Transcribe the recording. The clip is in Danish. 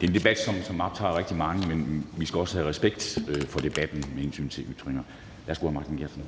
Kl. 10:39 Formanden (Henrik Dam Kristensen): Det er en debat, som optager rigtig mange, men vi skal også have respekt for debatten med hensyn til ytringer. Værsgo, hr. Martin Geertsen.